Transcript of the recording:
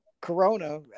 Corona